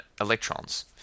electrons